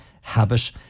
habit